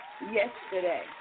yesterday